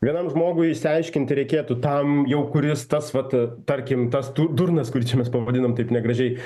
vienam žmogui išsiaiškinti reikėtų tam jau kuris tas vat tarkim tas tu durnas kurį čia mes pavadinom taip negražiai